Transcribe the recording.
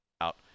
out